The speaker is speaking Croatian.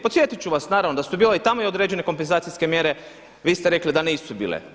Podsjetiti ću vas naravno da su tu bile i tamo određene kompenzacijske mreže, vi ste rekli da nisu bile.